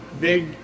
big